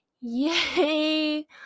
Yay